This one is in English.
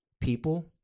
people